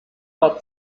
war